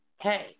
hey